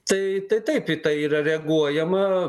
tai tai taip į tai yra reaguojama